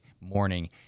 morning